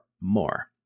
more